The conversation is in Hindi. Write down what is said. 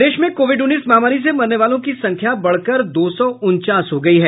प्रदेश में कोविड उन्नीस महामारी से मरने वालों की संख्या बढ़कर दो सौ उनचास हो गयी है